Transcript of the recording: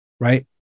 Right